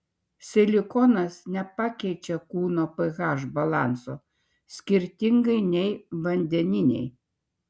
silikonas nepakeičia kūno ph balanso skirtingai nei vandeniniai